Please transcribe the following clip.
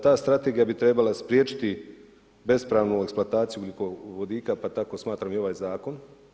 Ta strategija bi trebala spriječiti bespravnu eksploataciju ugljikovodika pa tako smatram i ovaj zakon.